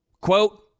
quote